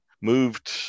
moved